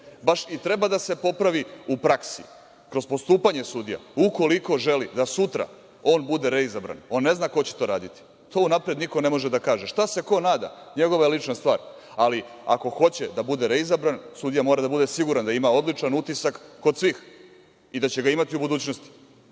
baš i treba da se popravi u praksi, kroz postupanje sudija, ukoliko želi da sutra on bude reizabran. On ne zna ko će to raditi. To unapred niko ne može da kaže. Šta se ko nada? NJegova je lična stvar. Ali ako hoće da bude reizabran, sudija mora da bude siguran da ima odličan utisak kod svih i da će ga imati u budućnosti.